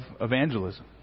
evangelism